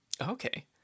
Okay